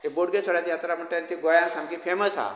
बोडगेश्वराची जात्रा म्हणटा तेन्ना ती गोंयान सामकी फॅमस आहा